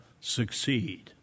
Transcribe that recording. succeed